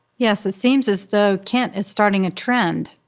yes, it seems as though kent is starting a trend.